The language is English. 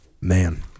man